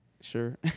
sure